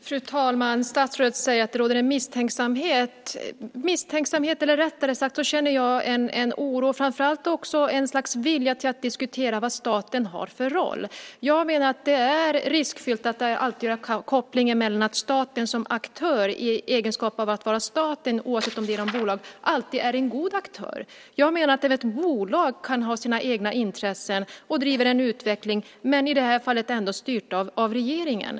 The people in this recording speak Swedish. Fru talman! Statsrådet säger att det råder en misstänksamhet. Jag vill snarare säga att jag känner en oro och framför allt också en vilja att diskutera vad staten har för roll. Jag menar att det är riskfyllt att göra kopplingen att staten som aktör i egenskap av att vara staten, oavsett om det är genom bolag, alltid är en god aktör. Jag menar att även ett bolag kan ha sina egna intressen av att driva en utveckling, även om det som i det här fallet är styrt av regeringen.